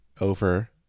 over